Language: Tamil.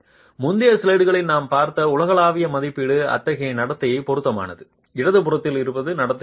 முந்தைய ஸ்லைடுகளில் நாம் பார்த்த உலகளாவிய மதிப்பீடு அத்தகைய நடத்தைக்கு பொருத்தமானது இடதுபுறத்தில் இருக்கும் நடத்தைக்கு அல்ல